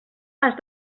has